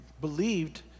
believed